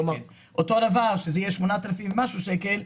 כשזה יהיה 8,000 ומשהו שקלים,